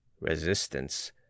Resistance